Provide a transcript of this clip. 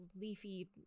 leafy